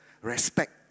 Respect